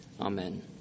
Amen